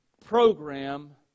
program